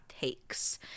takes